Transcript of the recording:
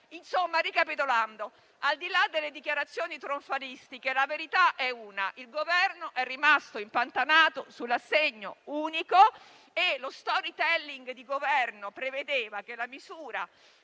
famiglia. Ricapitolando, al di là delle dichiarazioni trionfalistiche, la verità è una: il Governo è rimasto impantanato sull'assegno unico e il suo *storytelling* prevedeva che la misura